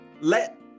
let